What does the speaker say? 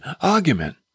argument